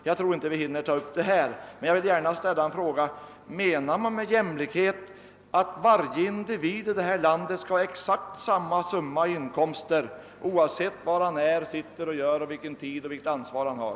Jag tror inte vi hinner ta upp detta, men jag vill gärna ställa frågan: Menar man med jämlikhet att varje individ här i landet skall ha exakt samma summa i inkomster, oavsett var han är, vad han gör och vilket ansvar han har?